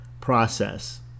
process